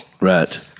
Right